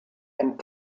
and